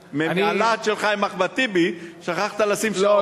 מהלהט שלך עם אחמד טיבי, שכחת לשים שעון.